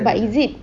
but is it